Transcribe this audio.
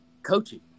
Coaching